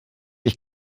ich